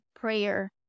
prayer